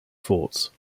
forts